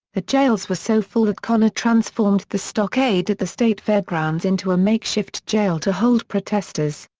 the jails were so full that connor transformed the stockade at the state fairgrounds into a makeshift jail to hold protesters.